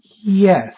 Yes